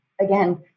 again